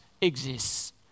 exists